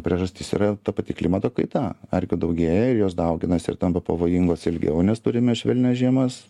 priežastis yra ta pati klimato kaita erkių daugėja ir jos dauginasi ir tampa pavojingos ilgiau nes turime švelnias žiemas